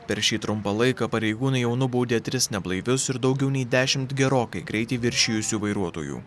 per šį trumpą laiką pareigūnai jau nubaudė tris neblaivius ir daugiau nei dešimt gerokai greitį viršijusių vairuotojų